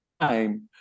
time